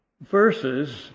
verses